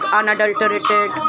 unadulterated